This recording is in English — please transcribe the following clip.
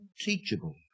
teachable